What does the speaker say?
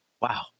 wow